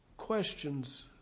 questions